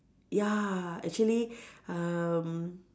ya actually um